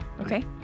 Okay